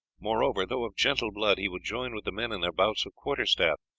moreover, though of gentle blood he would join with the men in their bouts of quarter-staff,